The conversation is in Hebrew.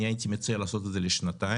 אני הייתי מציע לעשות את זה לשנתיים,